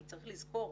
כי צריך לזכור,